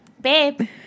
babe